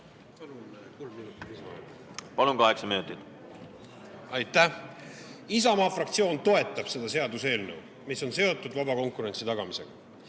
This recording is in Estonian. Palun, kaheksa minutit! Aitäh! Isamaa fraktsioon toetab seda seaduseelnõu, mis on seotud vaba konkurentsi tagamisega.